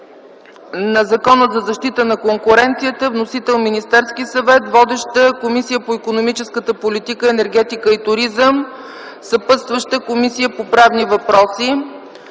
на Закона за защита на конкуренцията. Вносител – Министерският съвет. Водеща – Комисията по икономическата политика, енергетика и туризъм. Съпътстваща – Комисията по правни въпроси.